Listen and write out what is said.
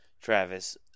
Travis